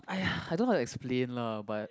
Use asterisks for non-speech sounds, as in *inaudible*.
!aiya! *breath* I don't how to explain lah but